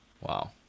Wow